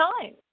time